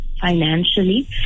financially